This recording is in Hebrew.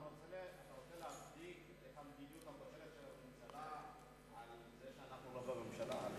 אתה רוצה להצדיק את המדיניות הפושרת בזה שאנחנו לא בממשלה?